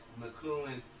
McLuhan